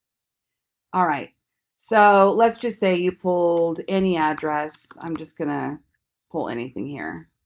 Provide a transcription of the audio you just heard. all right so let's just say you pulled any address i'm just gonna pull anything here